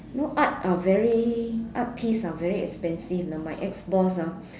you know art are very art piece are very expensive you know my ex boss ah